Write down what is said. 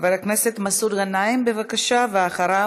חבר הכנסת מסעוד גנאים, ואחריו,